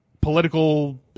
political